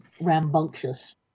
rambunctious